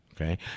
Okay